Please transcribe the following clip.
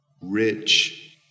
rich